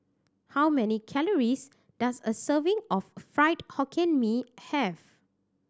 how many calories does a serving of Fried Hokkien Mee have